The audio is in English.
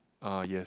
uh yes